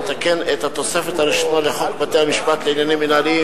המתקן את התוספת הראשונה לחוק בתי-המשפט לעניינים מינהליים,